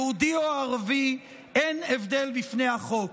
יהודי או ערבי, אין הבדל בפני החוק".